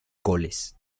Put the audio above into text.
goles